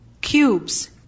cubes